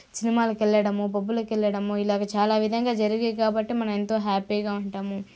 సినిమాలకు వెళ్లడము పబ్బులకి వెళ్లడం ఇలాగా చాలా విధంగా జరిగాయి కాబట్టి మనకెంతో హ్యాపీగా ఉంటాము